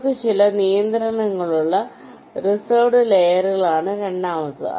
നമുക്ക് ചില നിയന്ത്രണങ്ങളുള്ള റിസർവ്ഡ് ലെയറുകളാണ് രണ്ടാമത്തേത്